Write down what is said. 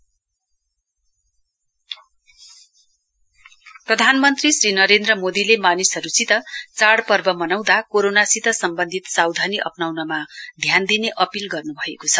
PM प्रधानमन्त्री श्री नरेन्द्र मोदीले मानिसहरुसित चाइपर्व मनाउँदा कोरोनासित सम्वन्धित सावधानी अप्नाउनमा ध्यान दिने अपील गर्नुभएको छ